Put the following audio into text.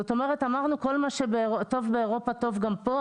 אמרנו שכל מה שטוב באירופה טוב גם פה,